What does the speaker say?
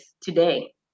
today